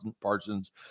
Parsons